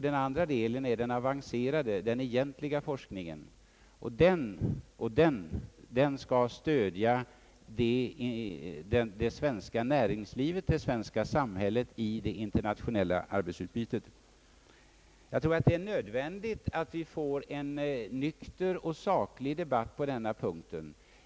Den andra gruppen utgörs av den avancerade, egentliga forskningen, och den skall stödja det svenska näringslivet och det svenska samhället i det internationella arbetsutbytet. Jag anser att det är nödvändigt att det förs en nykter och saklig debatt på denna punkt.